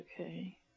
Okay